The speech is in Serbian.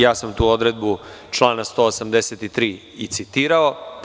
Ja sam tu odredbu člana 183. i citirao.